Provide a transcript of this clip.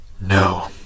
No